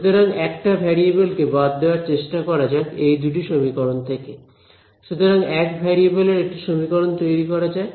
সুতরাং একটা ভ্যারিয়েবেল কে বাদ দেয়ার চেষ্টা করা যাক এই দুটি সমীকরণ থেকে সুতরাং এক ভেরিয়েবলের একটি সমীকরণ তৈরি করা যায়